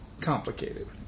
complicated